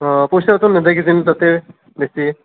অঁ পইচাওতো নিদিয়ে কিজানি তাতে বেছি